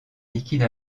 liquide